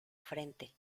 frente